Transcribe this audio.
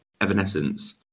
evanescence